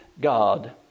God